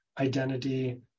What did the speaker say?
identity